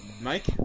Mike